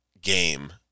game